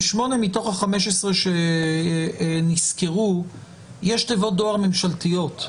ב-8 מתוך ה-15 שנסקרו יש תיבת דואר ממשלתיות.